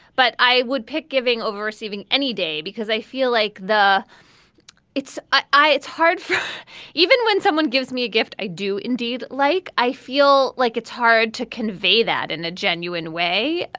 but i would pick giving over receiving any day because i feel like the it's i i it's hard even when someone gives me a gift. i do indeed. like i feel like it's hard to convey that in a genuine way.